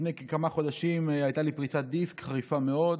לפני כמה חודשים הייתה לי פריצת דיסק חריפה מאוד,